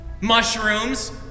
mushrooms